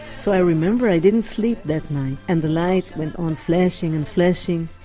so i remember i didn't sleep that night, and the light went on flashing and flashing.